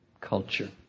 culture